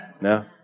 No